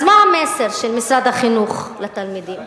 אז מה המסר של משרד החינוך לתלמידים?